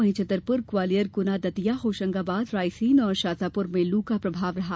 वहीं छतरपुर ग्वालियर गुना दतिया होशंगाबाद रायसेन और शाजापुर में लू का प्रभाव रहा